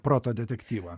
proto detektyvą